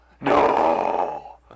No